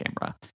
camera